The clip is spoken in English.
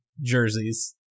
jerseys